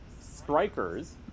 strikers